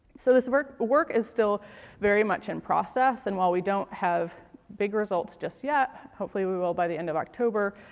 so work work is still very much in process. and while we don't have big results just yet, hopefully we will by the end of october.